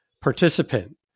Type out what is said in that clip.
participant